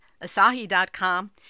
Asahi.com